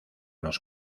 los